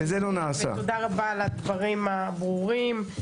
תודה רבה על הדברים הברורים.